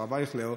הרב אייכלר?